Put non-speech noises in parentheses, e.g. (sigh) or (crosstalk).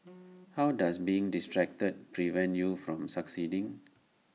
(noise) how does being distracted prevent you from succeeding